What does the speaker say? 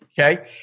Okay